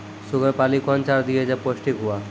Sugar पाली कौन चार दिय जब पोस्टिक हुआ?